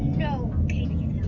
know, katies